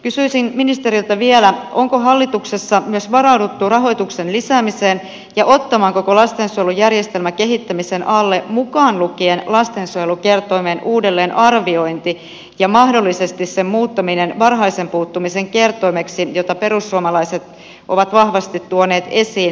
kysyisin ministeriltä vielä onko hallituksessa myös varauduttu rahoituksen lisäämiseen ja ottamaan koko lastensuojelujärjestelmä kehittämisen alle mukaan lukien lastensuojelukertoimen uudelleenarviointi ja mahdollisesti sen muuttaminen varhaisen puuttumisen kertoimeksi jota perussuomalaiset ovat vahvasti tuoneet esiin